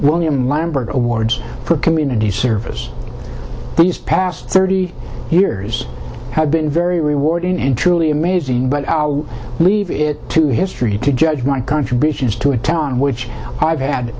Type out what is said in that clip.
william lambert awards for community service these past thirty years have been very rewarding and truly amazing but i'll leave it to history to judge my contributions to a town which i've had